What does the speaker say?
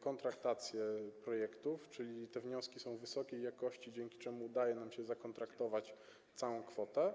kontraktację projektów, czyli te wnioski są wysokiej jakości, dzięki czemu udaje nam się zakontraktować całą kwotę.